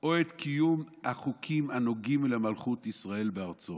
או את קיום החוקים הנוגעים למלכויות ישראל בארצו".